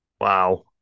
wow